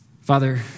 Father